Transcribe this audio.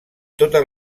totes